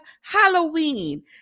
halloween